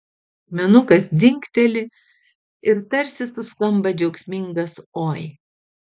akmenukas dzingteli ir tarsi suskamba džiaugsmingas oi